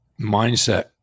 mindset